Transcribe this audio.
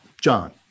John